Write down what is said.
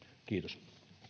kiitos